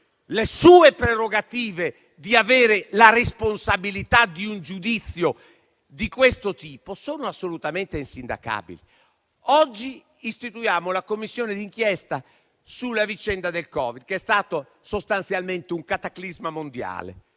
le sue prerogative di avere la responsabilità di un giudizio di questo tipo sono assolutamente insindacabili. Oggi istituiamo la Commissione d'inchiesta sulla vicenda del Covid, che è stato sostanzialmente un cataclisma mondiale.